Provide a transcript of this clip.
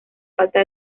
falta